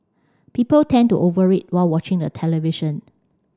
people tend to over eat while watching the television